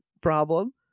problem